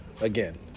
again